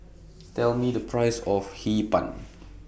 Tell Me The Price of Hee Pan